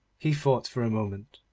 he thought for a moment,